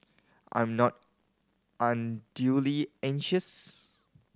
I am not unduly anxious